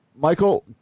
Michael